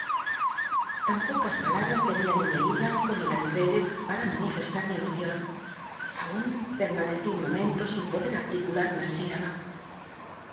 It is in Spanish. tan pocas palabl'as renian en mi ayuda como en la de tmddles para manifestar mi cmocion aun petmanecí un momento sin pode articular una silaba